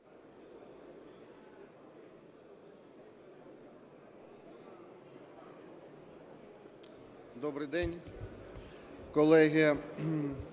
Добрий день, колеги!